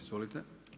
Izvolite!